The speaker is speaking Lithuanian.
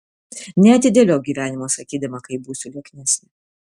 neatidėliok gyvenimo sakydama kai būsiu lieknesnė